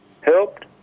helped